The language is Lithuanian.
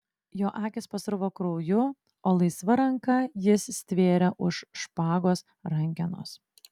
jo akys pasruvo krauju o laisva ranka jis stvėrė už špagos rankenos